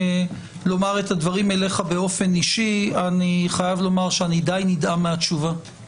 לומר לך את הדברים באופן אישי אני חייב לומר שאני די נדהם מהתשובה.